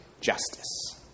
justice